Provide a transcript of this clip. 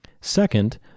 Second